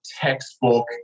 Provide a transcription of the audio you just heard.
textbook